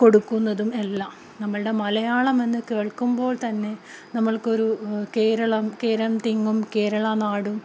കൊടുക്കുന്നതുമെല്ലാം നമ്മുടെ മലയാളമെന്ന് കേൾക്കുമ്പോൾ തന്നെ നമുക്കൊരു കേരളം കേരം തിങ്ങും കേരള നാടും